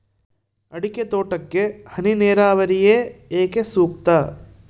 ಅಡಿಕೆ ತೋಟಕ್ಕೆ ಹನಿ ನೇರಾವರಿಯೇ ಏಕೆ ಸೂಕ್ತ?